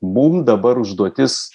mum dabar užduotis